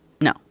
No